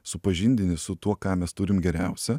supažindinti su tuo ką mes turim geriausia